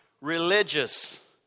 religious